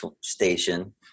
station